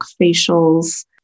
facials